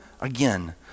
again